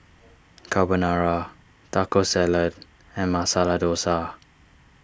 Carbonara Taco Salad and Masala Dosa